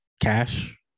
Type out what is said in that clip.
Cash